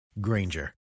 Granger